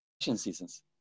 seasons